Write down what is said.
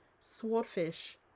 swordfish